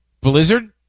blizzard